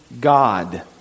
God